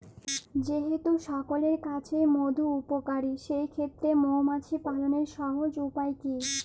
যেহেতু সকলের কাছেই মধু উপকারী সেই ক্ষেত্রে মৌমাছি পালনের সহজ উপায় কি?